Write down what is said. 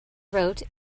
wrote